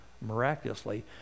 miraculously